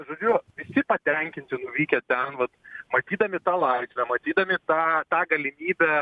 žodžiu visi patenkinti nuvykę ten vat matydami tą laisvę matydami tą tą galimybę